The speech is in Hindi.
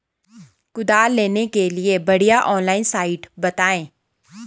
कुदाल लेने के लिए बढ़िया ऑनलाइन साइट बतायें?